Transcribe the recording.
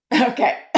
Okay